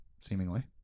Seemingly